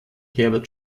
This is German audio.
herbert